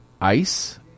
ice